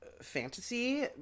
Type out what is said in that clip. fantasy